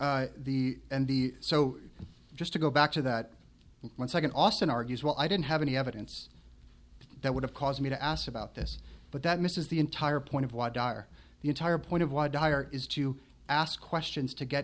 and the so just to go back to that one second austin argues well i don't have any evidence that would have caused me to ask about this but that misses the entire point of why dar the entire point of why dire is to ask questions to get